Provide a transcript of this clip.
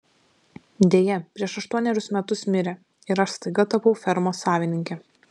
deja prieš aštuonerius metus mirė ir aš staiga tapau fermos savininke